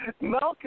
Malcolm